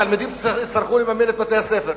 התלמידים יצטרכו לממן את בתי-הספר.